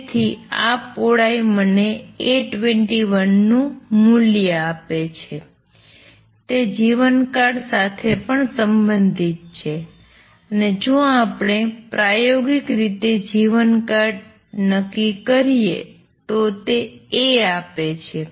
તેથી આ પહોળાઈ મને A21 નું મૂલ્ય આપે છે તે જીવનકાળ સાથે પણ સંબંધિત છે અને જો આપણે પ્રાયોગિક રીતે જીવનકાળ નક્કી કરીએ તો તે A આપે છે